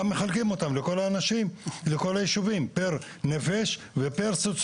גם מחלקים אותם לכל היישובים פר נפש ופר סוציו